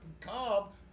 cob